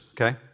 okay